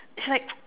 it's like